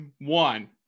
one